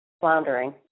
floundering